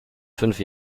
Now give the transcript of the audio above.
fünf